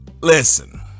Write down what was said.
Listen